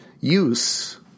use